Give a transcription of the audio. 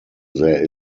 there